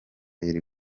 uruguay